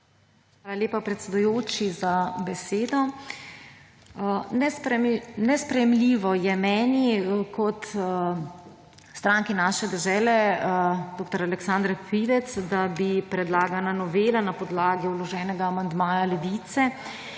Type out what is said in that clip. Hvala lepa, predsedujoči, za besedo. Nesprejemljivo je tako meni kot stranki Naša dežela dr. Aleksandre Pivec, da bi predlagana novela na podlagi vloženega amandmaja Levice